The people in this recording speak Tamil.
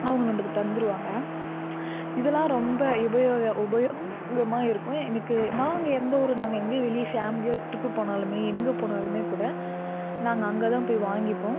அவங்க நம்பளுக்கு தந்துருவாங்க இதெல்லாம் ரொம்ப உபயோ உபயோகமாக இருக்கும் எனக்கு நாங்கள் எந்த ஒரு நாங்கள் எங்கேயும் வெளியே ஃபேமிலியாக ட்ரிப்பு போனாலுமே எங்கே போனாலுமே கூட நாங்கள் அங்கே தான் போய் வாங்கிப்போம்